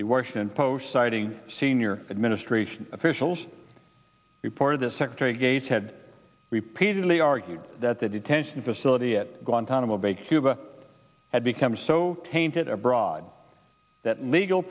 the washington post citing senior administration officials reported this secretary gates had repeatedly argued that the detention of a realty at guantanamo bay cuba has become so tainted abroad that legal